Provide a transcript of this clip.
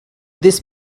this